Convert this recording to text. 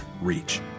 reach